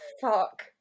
Fuck